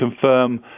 confirm